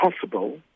possible